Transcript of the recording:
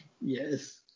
Yes